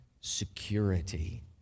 security